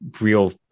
real